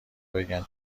بگن